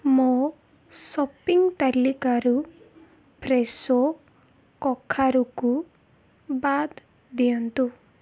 ମୋ ସପିଂ ତାଲିକାରୁ ଫ୍ରେଶୋ କଖାରୁକୁ ବାଦ୍ ଦିଅନ୍ତୁ